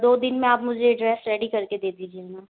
दो दिन में आप मुझे ये ड्रेस रेडी करके दे दीजिए ना